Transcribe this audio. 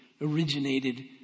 originated